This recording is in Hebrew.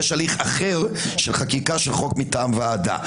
יש הליך אחר של חקיקה של חוק מטעם ועדה.